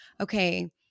okay